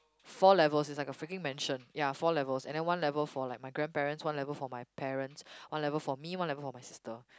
four levels it's like a freaking mansion ya four levels and then one level for like my grandparents one level for my parents one level for me one level for my sister